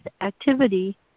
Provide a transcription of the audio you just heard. activity